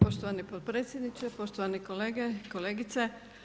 Poštovani potpredsjedniče, poštovane kolege i kolegice.